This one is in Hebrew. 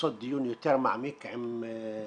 לעשות דיון יותר מעמיק שתהיה